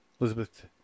Elizabeth